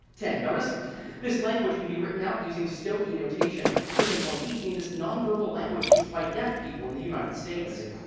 ten bonus this language can be written out using stokoe notation. for ten points each a. name this nonverbal language used by deaf people in the united states.